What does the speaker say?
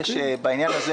בעניין הזה